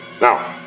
Now